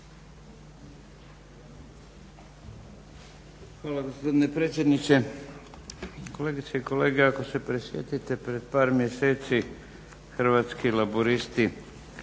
Hvala gospodine potpredsjedniče. Kolegice i kolege, ako se prisjetite prije par mjeseci Hrvatski laburisti